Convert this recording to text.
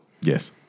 Yes